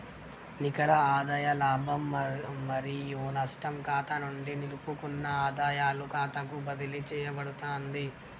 నికర ఆదాయ లాభం మరియు నష్టం ఖాతా నుండి నిలుపుకున్న ఆదాయాల ఖాతాకు బదిలీ చేయబడతాంది